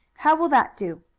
how will that do?